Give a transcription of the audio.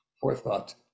forethought